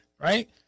right